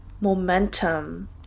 momentum